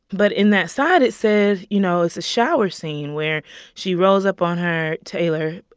but in that side, it said, you know, it's a shower scene, where she rolls up on her taylor,